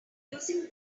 using